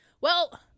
Well-